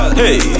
hey